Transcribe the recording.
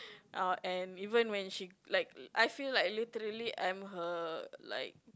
uh and even when she like I feel like I'm literally am her like